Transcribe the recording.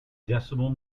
decimal